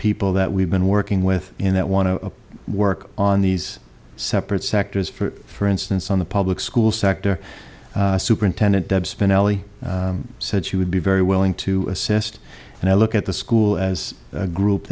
people that we've been working with in that want to work on these separate sectors for instance on the public schools actor superintendent deb spinelli said she would be very willing to assist and i look at the school as a group